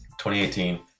2018